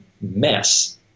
mess